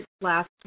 last